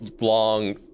long